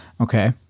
okay